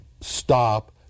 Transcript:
stop